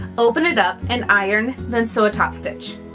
open it up and iron then sew a top stitch.